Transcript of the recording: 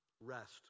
Rest